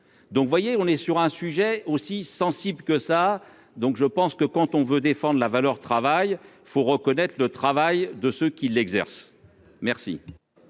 donc vous voyez, on est sur un sujet aussi sensible que ça, donc je pense que quand on veut défendre la valeur travail, faut reconnaître le travail de ceux qui l'exercent merci.